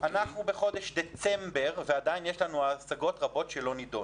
אנחנו בחודש דצמבר ועדיין יש השגות רבות שלא נידונו.